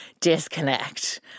disconnect